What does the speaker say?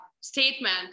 statement